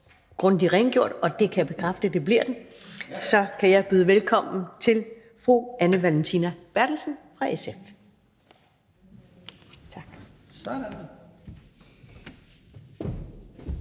grundig rengjort, og det kan jeg bekræfte den bliver, så kan jeg byde velkommen til fru Anne Valentina Berthelsen fra SF.